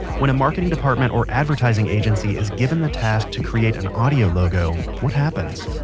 when a marketing department or advertising agency is given the task to create an audio logo, what happens?